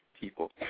people